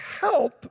help